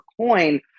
coin